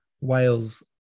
Wales